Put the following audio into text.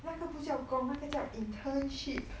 那个不叫工那个叫 internship